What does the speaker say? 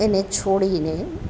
એને છોડીને